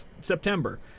September